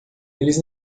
eles